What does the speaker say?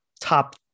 top